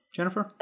Jennifer